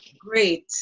Great